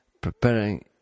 preparing